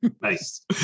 Nice